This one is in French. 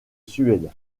suède